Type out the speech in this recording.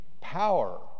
power